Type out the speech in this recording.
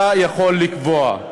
אתה יכול לקבוע.